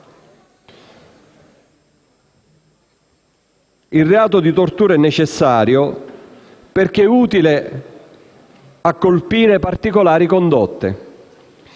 Il reato di tortura è necessario perché utile a colpire particolari condotte.